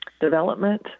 development